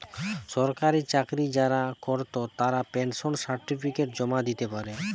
সরকারি চাকরি যারা কোরত তারা পেনশন সার্টিফিকেট জমা দিতে পারে